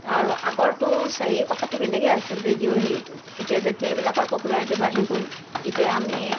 আৰু আগৰটো কথাটো বেলেগই আছিল ৰেডিঅ'ৰ হেৰিটো এতিয়া যেতিয়া এইবিলাকৰ পপুলাৰিটি বাঢ়ি গ'ল এতিয়া আমি